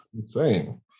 insane